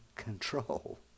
control